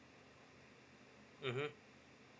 mmhmm